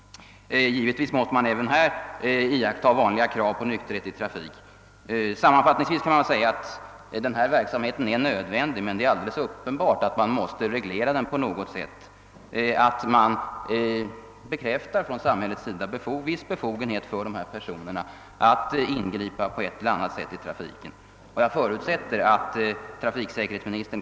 Givetvis måste man även härvidlag iaktta vanliga krav på nykterhet i trafiken. Sammanfattningsvis vill jag säga att denna verksamhet är nödvändig men att det är uppenbart att den måste regleras — samhället måste bekräfta viss befogenhet för ifrågavarande per .soner att på ett eller annat sätt ingripa i trafiken. Jag förutsätter att kommunikationsministern — eller låt mig i detta sammanhang säga trafiksäkerhetsministern — vill vidtaga snara åtgärder för att rätta till de praktiska missför Chållanden som föreligger.